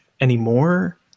anymore